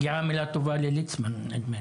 היוזמים הם חברי הכנסת איימן עודה, אמילי